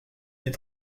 est